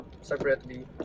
separately